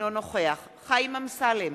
רבים-רבים מחברי הם חרדים,